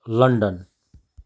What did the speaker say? London